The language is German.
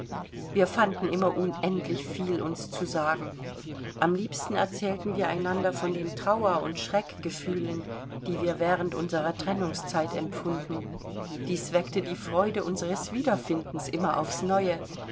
wir fanden immer unendlich viel uns zu sagen am liebsten erzählten wir einander von den trauer und schreckgefühlen die wir während unserer trennungszeit empfunden dies weckte die freude unseres wiederfindens immer aufs neue